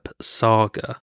saga